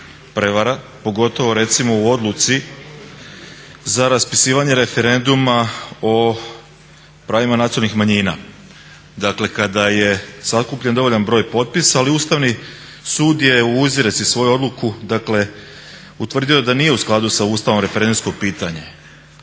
prevara pogotovo recimo u odluci za raspisivanje referenduma o pravima nacionalnih manjina? Dakle, kada je sakupljen dovoljan broj potpisa ali Ustavni sud u izrijeci svoju odluku utvrdio da nije u skladu s Ustavnom referendumsko pitanje,